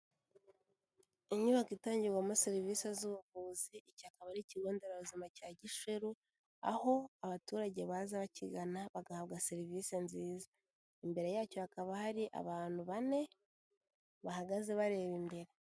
Inyubako itangirwamo serivisi z'ubuvuzi, iki akaba ari ikigo nderabuzima cya Gisheru, aho abaturage baza bakigana bagahabwa serivisi nziza. Imbere yacyo hakaba hari abantu bane bahagaze bareba imbere